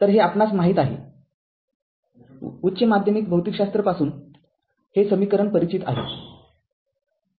तर हे आपणास माहित आहे उच्च माध्यमिक भौतिकशास्त्र पासून हे समीकरण परिचित आहे